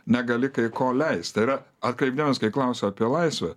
negali kai ko leist tai yra atkreipk dėmesį kai klausiau apie laisvę